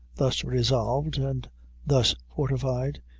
thus resolved, and thus fortified,